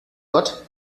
gott